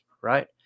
right